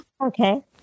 Okay